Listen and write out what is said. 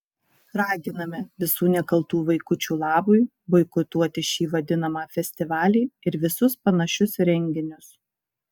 raginame visų nekaltų vaikučių labui boikotuoti šį vadinamą festivalį ir visus panašius renginius